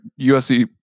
USC